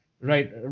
Right